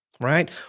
right